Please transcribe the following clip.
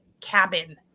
cabin